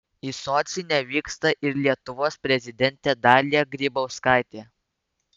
į sočį nevyksta ir lietuvos prezidentė dalia grybauskaitė